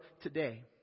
today